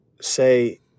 say